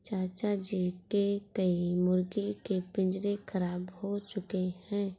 चाचा जी के कई मुर्गी के पिंजरे खराब हो चुके हैं